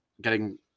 getting-